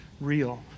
real